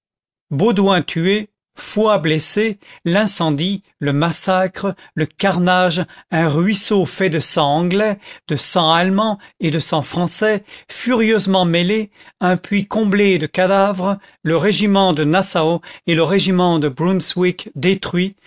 bauduin tué foy blessé l'incendie le massacre le carnage un ruisseau fait de sang anglais de sang allemand et de sang français furieusement mêlés un puits comblé de cadavres le régiment de nassau et le régiment de brunswick détruits